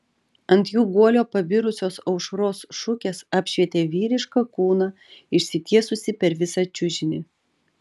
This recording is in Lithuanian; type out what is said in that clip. ant jų guolio pabirusios aušros šukės apšvietė vyrišką kūną išsitiesusį per visą čiužinį